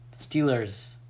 Steelers